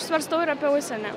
svarstau ir apie užsienį